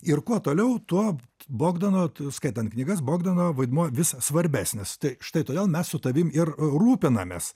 ir kuo toliau tuo bogdano skaitant knygas bogdano vaidmuo vis svarbesnis tai štai todėl mes su tavim ir rūpinamės